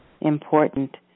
important